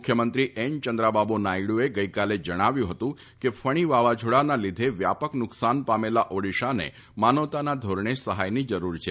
મુખ્યમંત્રી એન ચંદ્રબાબુ નાયડૂએ ગઈકાલે જણાવ્યું ફતું કે ફણી વાવાઝોડાના લીધે વ્યાપક નુકસાન પામેલા ઓડિશાને માનવતાના ધોરણે સફાયની જરૂર છે